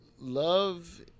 love